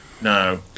no